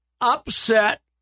upset